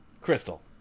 Crystal